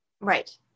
right